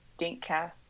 Dinkcast